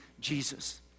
Jesus